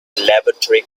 laboratory